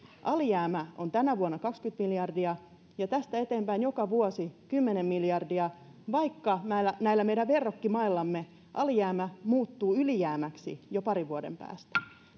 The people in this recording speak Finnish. alijäämä on tänä vuonna kaksikymmentä miljardia ja tästä eteenpäin joka vuosi kymmenen miljardia vaikka näillä näillä meidän verrokkimaillamme alijäämä muuttuu ylijäämäksi jo parin vuoden päästä